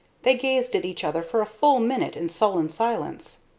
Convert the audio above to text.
they gazed at each other for a full minute in sullen silence.